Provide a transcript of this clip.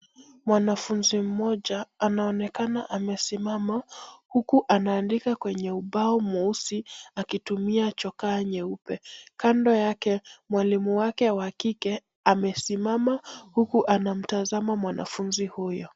Mwanafunzi mmoja anaonekana amesimama, huku anaandika kwenye ubao mweusi akitumia chokaa nyeupe. Kando yake, mwalimu wake wa kike amesimama, huku anamtazama mwanafunzi huyo.